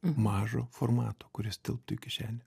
mažo formato kurios tilptų į kišenę